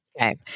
Okay